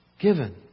given